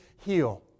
heal